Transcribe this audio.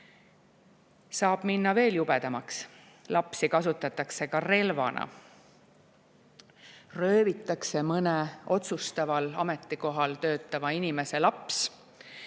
minna veel jubedamaks: lapsi kasutatakse ka relvana. Röövitakse mõne otsustaval ametikohal töötava inimese laps